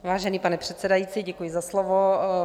Vážený pane předsedající, děkuji za slovo.